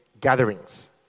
gatherings